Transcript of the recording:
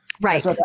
Right